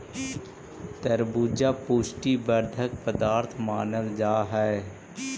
तरबूजा पुष्टि वर्धक पदार्थ मानल जा हई